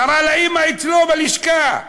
קרא לאימא אליו ללשכה,